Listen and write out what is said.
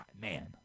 man